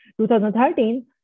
2013